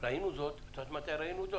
יודעים מתי ראינו זאת?